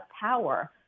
power